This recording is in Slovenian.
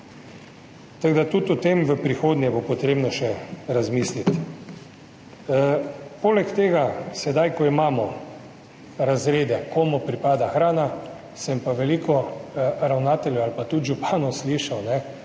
Tudi o tem bo v prihodnje še treba razmisliti. Poleg tega sedaj, ko imamo razrede, komu pripada hrana, sem pa veliko ravnateljev ali pa tudi županov slišal, da